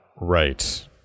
right